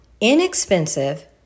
inexpensive